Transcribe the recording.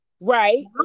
Right